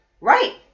Right